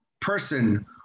person